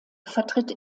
vertritt